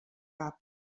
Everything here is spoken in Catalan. cap